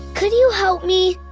could you help me?